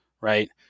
Right